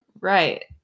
Right